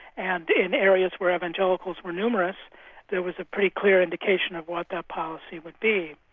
and in areas where evangelicals were numerous there was a pretty clear indication of what that policy would be.